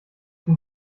den